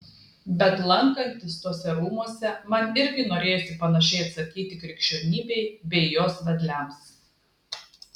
bet lankantis tuose rūmuose man irgi norėjosi panašiai atsakyti krikščionybei bei jos vedliams